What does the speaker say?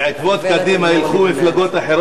הגברת לימור לבנת.